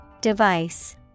Device